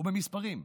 ובמספרים: